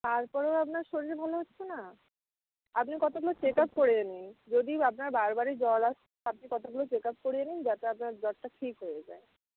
তারপরেও আপনার শরীর ভালো হচ্ছে না আপনি কতগুলো আপ করিয়ে নিন যদি আপনার বার বারই জ্বর আসছে তো আপনি কতগুলো চেক আপ করিয়ে নিন যাতে আপনার জ্বরটা ঠিক হয়ে যায়ে